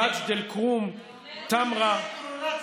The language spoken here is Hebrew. מג'ד אל-כרום, טמרה, מנדא, טירה וכפר קאסם.